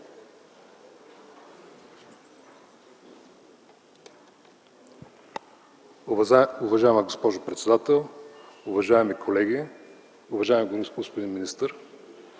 Уважаема госпожо председател, уважаеми колеги, уважаеми господин министър!